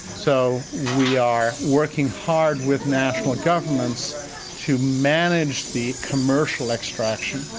so we are working hard with national governments to manage the commercial extraction